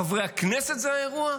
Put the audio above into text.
חברי הכנסת הם האירוע?